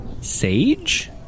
Sage